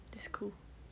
that's cool